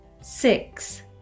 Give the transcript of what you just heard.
Six